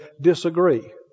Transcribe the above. disagree